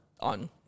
on